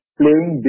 playing